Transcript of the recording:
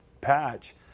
patch